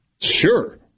Sure